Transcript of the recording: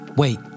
Wait